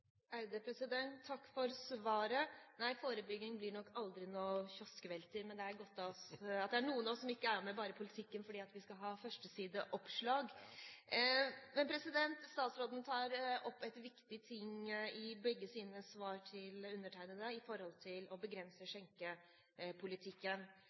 Takk for svaret. Nei, forebygging blir nok aldri noen kioskvelter. Men det er godt at det er noen av oss som ikke bare er med i politikken fordi vi skal ha førstesideoppslag. Statsråden tar opp noe viktig i begge sine svar til meg når det gjelder begrensninger i skjenkepolitikken. Statsråden sier selv at klarer vi å begrense